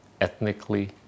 ethnically